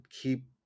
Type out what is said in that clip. keep